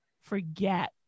forget